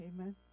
amen